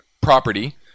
property